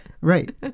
Right